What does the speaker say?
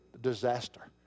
disaster